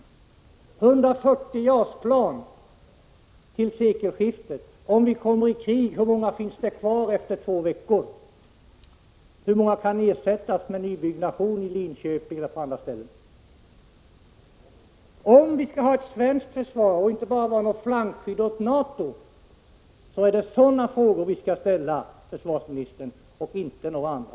Det gäller 140 JAS-plan till sekelskiftet. Om vi kommer i krig — hur många finns det kvar efter två veckor? Hur många kan ersättas med nybyggnation i Linköping eller på andra ställen? Om vi skall ha ett svenskt försvar och inte bara något flankskydd åt NATO, så är det sådana frågor vi skall ställa, försvarsministern, och inte några andra.